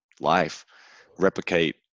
life—replicate